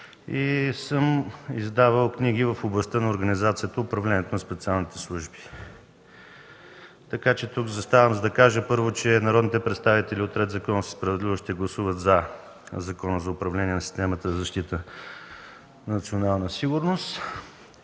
и съм издавал книги в областта на организацията и управлението на специалните служби, така че тук заставам, за да кажа, първо, че народните представители от „Ред, законност и справедливост” ще гласуват „за” Закона за управление на системата за защита на националната сигурност